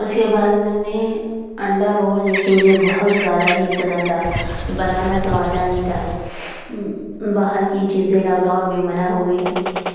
اس کے بعد ہم نے انڈا رول جو کہ مجھے بہت زیادہ ہی پسند تھا بنانا تو آتا نہیں تھا باہر کی چیزیں لاک ڈاؤن میں منع ہو گئی تھیں